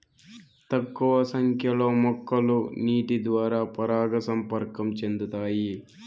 తక్కువ సంఖ్య లో మొక్కలు నీటి ద్వారా పరాగ సంపర్కం చెందుతాయి